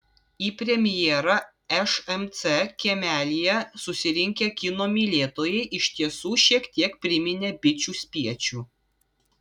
į premjerą šmc kiemelyje susirinkę kino mylėtojai iš tiesų šiek tiek priminė bičių spiečių